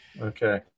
Okay